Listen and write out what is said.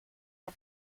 are